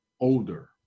older